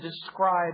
describe